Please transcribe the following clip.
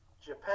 Japan